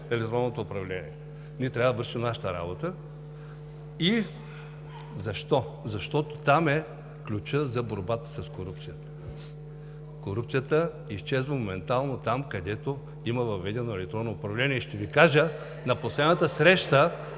електронното управление? Ние трябва да вършим нашата работа. Защо? Защото там е ключът за борбата с корупцията! Корупцията изчезва моментално там, където има въведено електронно управление. (Възгласи: „Еее” от „БСП